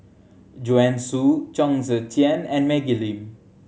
Joanne Soo Chong Tze Chien and Maggie Lim